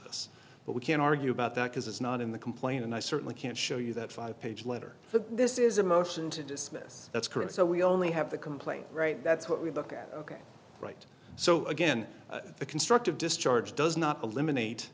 this but we can argue about that because it's not in the complaint and i certainly can't show you that five page letter but this is a motion to dismiss that's correct so we only have the complaint right that's what we look at ok right so again the constructive discharge does not eliminate